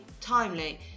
timely